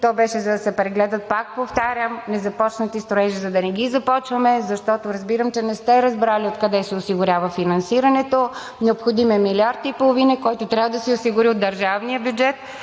То беше, за да се прегледат, пак повтарям, незапочнати строежи, за да не ги започваме, защото разбирам, че не сте разбрали откъде се осигурява финансирането. Необходим е милиард и половина, който трябва да се осигури от държавния бюджет,